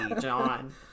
John